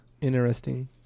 Interesting